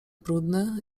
brudny